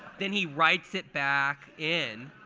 then he writes it back in.